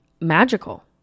magical